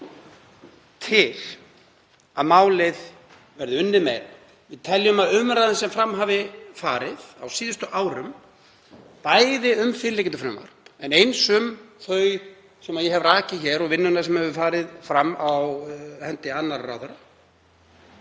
til að málið verði unnið meira. Við teljum að umræðan sem fram hafi farið á síðustu árum, bæði um fyrirliggjandi frumvarp en eins um þau sem ég hef rakið hér og vinnuna sem hefur verið á hendi annarra